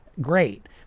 great